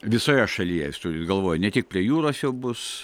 visoje šalyje jūs turit galvoj ne tik prie jūros jau bus